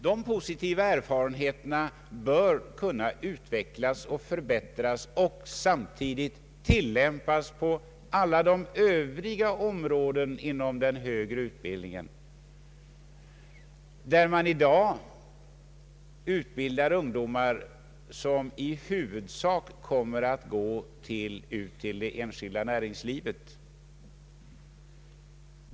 Dessa positiva erfarenheter bör kunna utvecklas och förbättras och samtidigt tillämpas på alla de övriga områden inom den högre utbildningen där man i dag utbildar ungdomar som i huvudsak kommer att gå till det enskilda näringslivet.